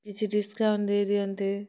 କିଛି ଡିସ୍କାଉଣ୍ଟ୍ ଦେଇ ଦିଅନ୍ତେ